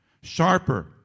sharper